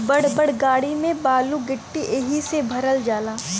बड़ बड़ गाड़ी में बालू गिट्टी एहि से भरल जाला